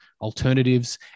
alternatives